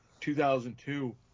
2002